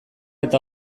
eta